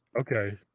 Okay